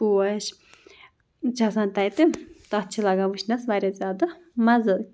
پوش یِم چھِ آسان تَتہِ تَتھ چھِ لگان وٕچھنَس واریاہ زیادٕ مَزٕ